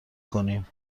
کنیم